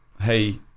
Hey